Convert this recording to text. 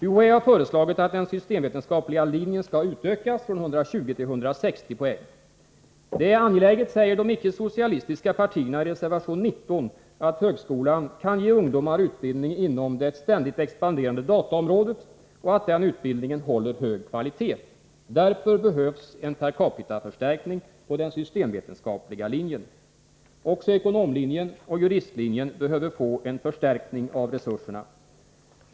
UHÄ har föreslagit att den systemvetenskapliga linjen skall utökas från 120 till 160 poäng. Det är angeläget, säger de icke-socialistiska partierna i reservation 19, att högskolan kan ge ungdomar utbildning inom det ständigt expanderande dataområdet och att den utbildningen håller hög kvalitet. Därför behövs en per capita-förstärkning på den systemvetenskapliga linjen. Också ekonomlinjen och juristlinjen behöver få en förstärkning av resurserna.